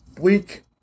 Week